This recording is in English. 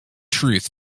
truth